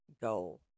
goal